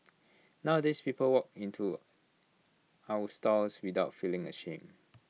nowadays people walk in to our stores without feeling ashamed